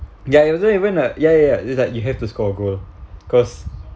ya it wasn't even uh ya ya it's like you have to score a goal cause